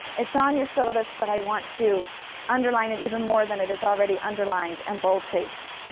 it's on your syllabus, but i want to underline it even more than it is already underlined and boldfaced.